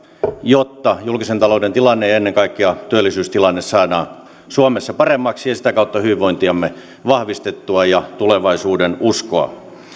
jotta julkisen talouden tilanne ja ennen kaikkea työllisyystilanne saadaan suomessa paremmaksi ja sitä kautta hyvinvointiamme ja tulevaisuudenuskoa vahvistettua